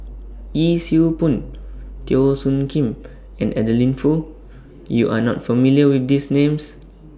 Yee Siew Pun Teo Soon Kim and Adeline Foo YOU Are not familiar with These Names